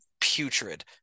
putrid